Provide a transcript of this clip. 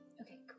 Okay